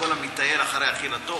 וכל המטייל אחרי אכילתו,